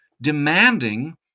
demanding